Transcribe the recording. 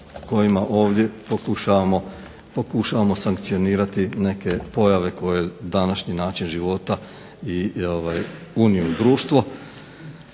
kojima ovdje pokušavamo sankcionirati neke pojave koje današnji način života je unio u društvo.